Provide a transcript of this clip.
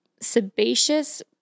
sebaceous